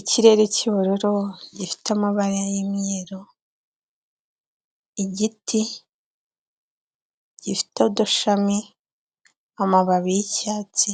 Ikirere cy'ubururu gifite amabara y'imyeru, igiti gifite udushami, amababi y'icyatsi,